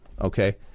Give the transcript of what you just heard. okay